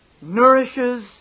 nourishes